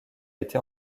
été